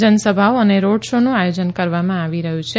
જનસભાઓ અને રોડ શોનું આયોજન કરવામાં આવી રહ્યા છે